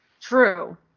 True